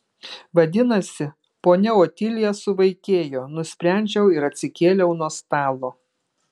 vadinasi ponia otilija suvaikėjo nusprendžiau ir atsikėliau nuo stalo